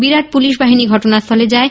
বিরাট police বাহিনী ঘটনাস্থলে যায